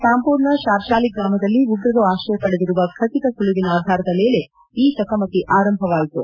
ಪಾಂಹೋರ್ನ ಶಾರ್ಶಾಲಿ ಗ್ರಾಮದಲ್ಲಿ ಉಗ್ರರು ಆಕ್ರಯ ಪಡೆದಿರುವ ಖಚಿತ ಸುಳಿವಿನ ಆಧಾರದ ಮೇಲೆ ಈ ಚಕಮಕಿ ಆರಂಭವಾಯಿತು